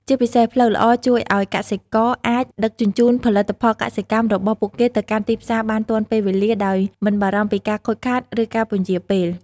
ជាពិសេស ផ្លូវល្អជួយឲ្យកសិករអាច ដឹកជញ្ជូនផលិតផលកសិកម្មរបស់ពួកគេទៅកាន់ទីផ្សារបានទាន់ពេលវេលា ដោយមិនបារម្ភពីការខូចខាត ឬការពន្យារពេល។